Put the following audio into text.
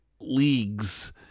leagues